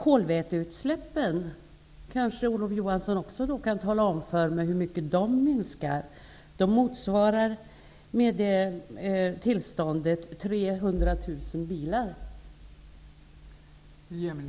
Olof Johansson kanske också kan tala om för mig hur mycket kolväteutsläppen minskar. De motsvarar med det beviljade tillståndet utsläpp från